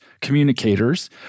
communicators